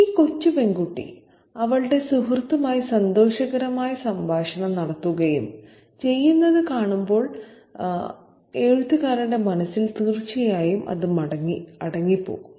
ഈ കൊച്ചു പെൺകുട്ടി അവളുടെ സുഹൃത്തുമായി സന്തോഷകരമായ സംഭാഷണം നടത്തുകയും ചെയ്യുന്നത് കാണുമ്പോൾ എഴുത്തുകാരന്റെ മനസ്സിൽ തീർച്ചയായും അത് അടങ്ങിപ്പോകും